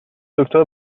دکتر